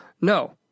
no